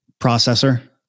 processor